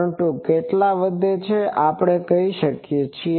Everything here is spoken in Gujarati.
પરંતુ કેટલા વધે છે તે આપણે કહી શકીએ